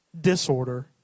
disorder